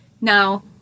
Now